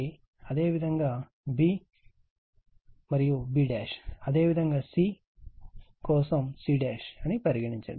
అదేవిధంగా b కోసం కూడా b మరియు అదేవిధంగా c కోసం cఅని పరిగణించండి